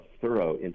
thorough